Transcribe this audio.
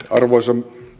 arvoisa